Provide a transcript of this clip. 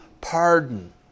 pardon